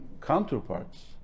counterparts